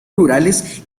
rurales